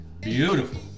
beautiful